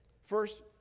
First